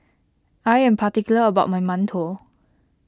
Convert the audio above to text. I am particular about my Mantou